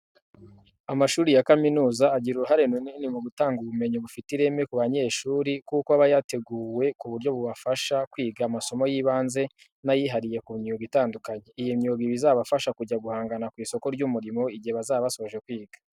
Amashuri ya kaminuza agira uruhare runini mu gutanga ubumenyi bufite ireme ku banyeshuri kuko aba yateguwe ku buryo bubafasha kwiga amasomo y'ibanze n'ay'ihariye ku myuga itandukanye. Iyi myuga iba izabafasha kujya guhangana ku isoko ry'umurimo igihe bazaba basoje kwiga.